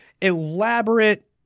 elaborate